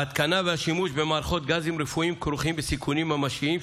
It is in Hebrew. ההתקנה והשימוש במערכות גזים רפואיים כרוכים בסיכונים ממשיים,